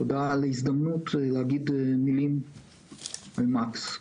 תודה על ההזדמנות להגיד מילים על מקס.